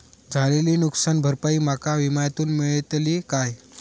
झालेली नुकसान भरपाई माका विम्यातून मेळतली काय?